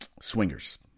Swingers